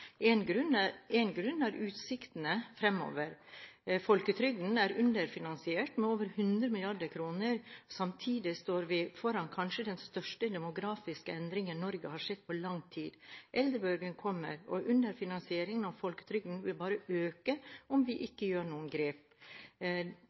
En grunn er utsiktene fremover. Folketrygden er underfinansiert med over 100 mrd. kr. Samtidig står vi foran den kanskje største demografiske endringen Norge har sett på lang tid. Eldrebølgen kommer, og underfinansieringen av folketrygden vil bare øke om vi